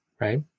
right